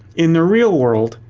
in the real world,